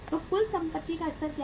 तो कुल संपत्ति का स्तर क्या है